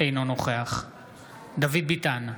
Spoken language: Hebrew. אינו נוכח דוד ביטן,